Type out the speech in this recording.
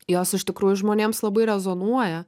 jos iš tikrųjų žmonėms labai rezonuoja